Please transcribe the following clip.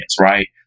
right